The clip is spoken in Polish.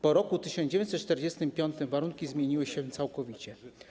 Po roku 1945 warunki zmieniły się całkowicie.